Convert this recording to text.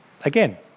Again